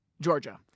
Georgia